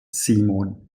simon